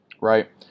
right